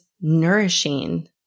nourishing